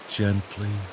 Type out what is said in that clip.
gently